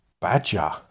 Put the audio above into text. Badger